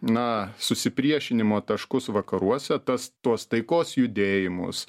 na susipriešinimo taškus vakaruose tas tuos taikos judėjimus